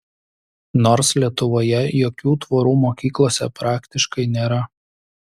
nors lietuvoje jokių tvorų mokyklose praktiškai nėra